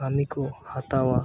ᱠᱟᱹᱢᱤ ᱠᱚ ᱦᱟᱛᱟᱣᱟ